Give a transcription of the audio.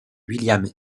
william